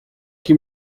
que